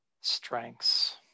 strengths